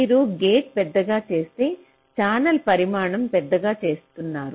మీరు గేట్ పెద్దగా చేస్తే ఛానెల్ పరిమాణం పెద్దగా చేస్తున్నారు